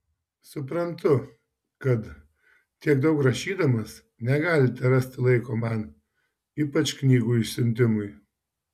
suprantu kad tiek daug rašydamas negalite rasti laiko man ypač knygų išsiuntimui